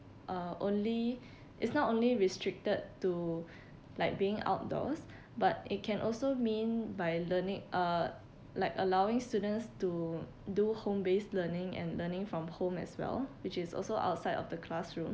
uh only it's not only restricted to like being outdoors but it can also mean by learning uh like allowing students to do home based learning and learning from home as well which is also outside of the classroom